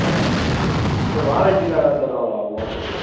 ஆ okay sir sir வாரண்ட்டிலாம் ஏதாவது தருவாங்களா மோட்டருக்கு